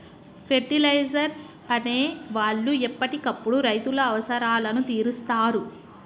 fertilisers అనే వాళ్ళు ఎప్పటికప్పుడు రైతుల అవసరాలను తీరుస్తారు